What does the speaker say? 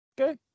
Okay